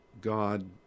God